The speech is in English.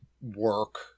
work